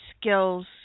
skills